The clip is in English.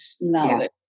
knowledge